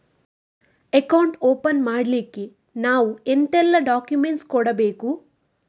Account open ಮಾಡ್ಲಿಕ್ಕೆ ನಾವು ಎಂತೆಲ್ಲ ಡಾಕ್ಯುಮೆಂಟ್ಸ್ ಕೊಡ್ಬೇಕು?